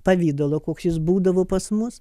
pavidalo koks jis būdavo pas mus